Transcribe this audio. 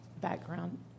background